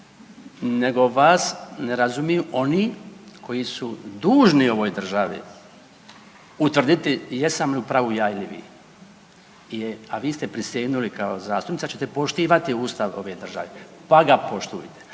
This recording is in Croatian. Nego vas ne razumiju oni koji su dužni u ovoj državi utvrditi jesam li u pravu ja ili vi, a vi ste prisegnuli kao zastupnica da ćete poštivati Ustav ove države pa ga poštujte.